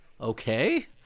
Okay